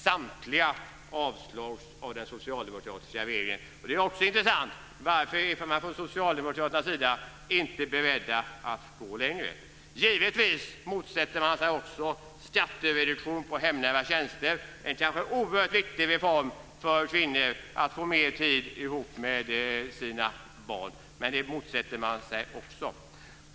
Samtliga avslogs av Socialdemokraterna. Varför är man från Socialdemokraternas sida inte beredd att gå längre? Givetvis motsätter man sig också skattereduktion på hemnära tjänster, en kanske oerhört viktig reform för att kvinnor ska få mer tid ihop med sina barn.